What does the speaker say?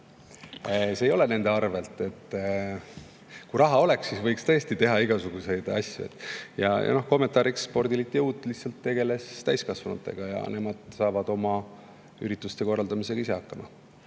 See ei ole nende arvelt. Kui raha oleks, siis võiks tõesti teha igasuguseid asju. Ja kommentaariks: spordiliit Jõud tegeles täiskasvanutega ja nemad saavad oma ürituste korraldamisega ise hakkama.